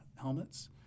helmets